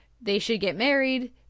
they-should-get-married